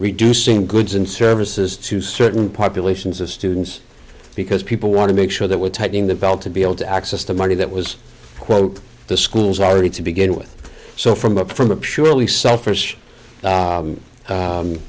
reducing goods and services to certain populations of students because people want to make sure that we're tightening the belt to be able to access the money that was quote the schools already to begin with so from up from a purely selfish